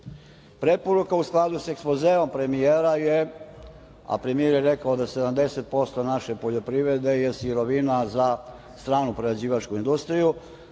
preporuka. Preporuka u skladu sa ekspozeom premijera je, a premijer je rekao da 70% naše poljoprivrede je sirovina za stranu prerađivačku industriju,